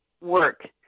work